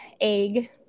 egg